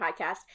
podcast